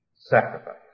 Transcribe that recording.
Sacrifice